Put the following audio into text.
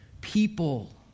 people